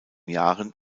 jahren